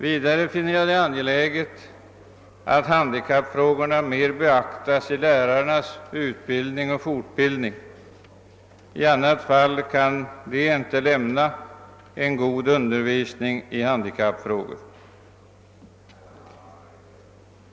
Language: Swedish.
Vidare finner jag det angeläget att handikappfrågorna beaktas mer vid lärarnas utbildning och fortbildning. I annat fall kan de inte lämna en god undervisning i handikappfrågor.